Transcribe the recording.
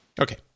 Okay